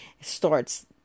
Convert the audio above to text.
starts